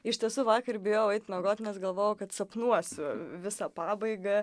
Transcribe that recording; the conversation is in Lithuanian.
iš tiesų vakar bijojau eit miegot nes galvojau kad sapnuosiu visą pabaigą